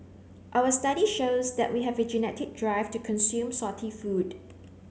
our study shows that we have a genetic drive to consume salty food